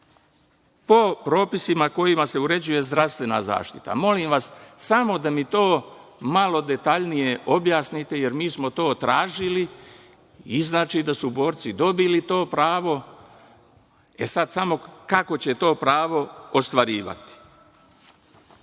po propisima kojima se uređuje zdravstvena zaštita. Molim vas, samo da mi to malo detaljnije objasnite, jer mi smo to tražili i znači da su borci dobili pravo to, i sada samo kako će to pravo ostvarivati. Borački